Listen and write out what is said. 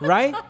Right